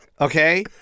okay